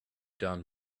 done